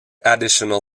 additional